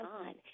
on